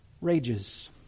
rages